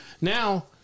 now